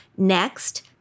Next